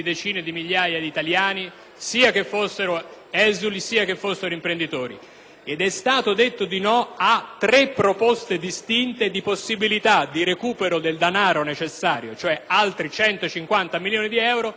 ed è stato detto di no a tre distinte possibilità di recupero del denaro necessario - altri 150 milioni di euro - per fare fronte a tutte queste richieste. Mi pare il minimo che si rigetti